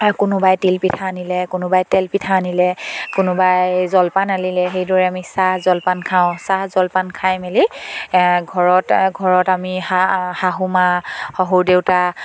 কোনোবাই তিলপিঠা আনিলে কোনোবাই তেল পিঠা আনিলে কোনোবাই জলপান আনিলে সেইদৰে আমি চাহ জলপান খাওঁ চাহ জলপান খাই মেলি ঘৰত ঘৰত আমি সা শাহুমা শহুৰ দেউতা